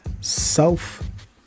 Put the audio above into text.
self